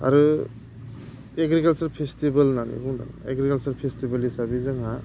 आरो agriculture festival होननानै बुंदों एग्रिकाल्सार फेस्थिबेल हिसाबै जोंहा